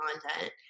content